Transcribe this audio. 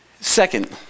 Second